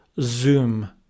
zoom